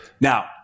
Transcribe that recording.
Now